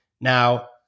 Now